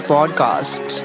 Podcast